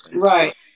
Right